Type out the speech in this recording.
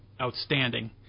outstanding